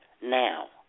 now